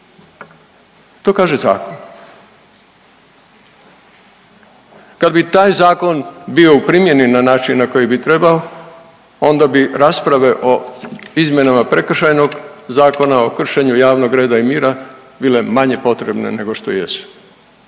To kaže zakon. Kad bi taj zakon bio u primjeni na način na koji bi trebalo onda bi rasprave o izmjenama Prekršajnog zakona, o kršenju javnog reda i mira bile manje potrebne nego što jesu.